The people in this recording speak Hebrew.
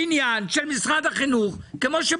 האם אתה